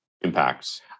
impacts